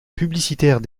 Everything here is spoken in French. publicitaire